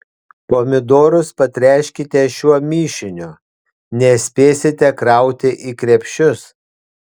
pomidorus patręškite šiuo mišiniu nespėsite krauti į krepšius